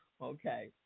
Okay